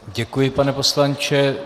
Děkuji, pane poslanče.